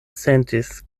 sentis